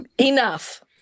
Enough